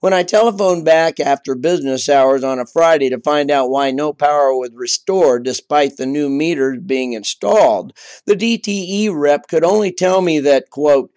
when i telephoned back after business hours on a friday to find out why no power would restore despite the new meter being installed the d t e rep could only tell me that quote